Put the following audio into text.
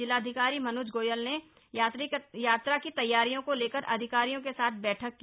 जिलाधिकारी मन्ज गोयल ने यात्रा की तैयारियों को लेकर अधिकारियों के साथ बैठक की